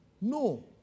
no